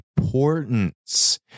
importance